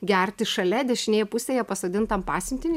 gerti šalia dešinėje pusėje pasodintam pasiuntin